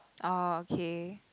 oh okay